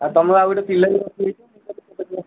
ଆଉ ତୁମେ ଆଉ ଗୋଟେ ପିଲାକୁ ରଖିଦେଇଛ ଆଉ